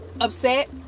upset